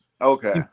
Okay